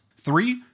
Three